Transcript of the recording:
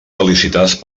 felicitats